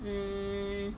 mm